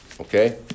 okay